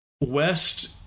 West